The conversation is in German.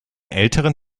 älteren